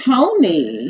Tony